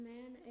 Man